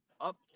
up